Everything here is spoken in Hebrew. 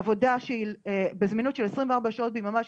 בעבודה שהיא בזמינות של 24 שעות ביממה,